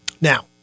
Now